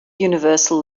universal